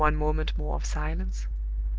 one moment more of silence,